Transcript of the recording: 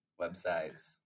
Websites